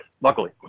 Luckily